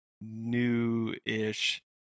new-ish